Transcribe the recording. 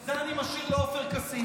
את זה אני משאיר לעופר כסיף.